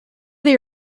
they